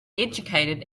educated